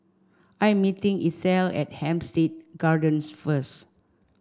I am meeting Ethyl at Hampstead Gardens first